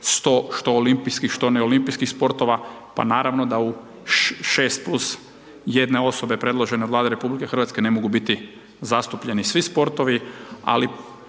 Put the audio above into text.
što olimpijskih, što neolimpijskih sportova pa naravno da u 6+1 osobe predložene o Vlade RH ne mogu biti zastupljeni svi sportovi. Ali